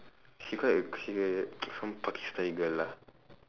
she quite she some pakistani girl lah